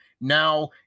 now